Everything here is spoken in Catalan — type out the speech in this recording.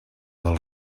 del